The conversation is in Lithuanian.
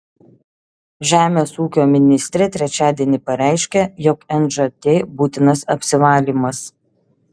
žemės ūkio ministrė trečiadienį pareiškė jog nžt būtinas apsivalymas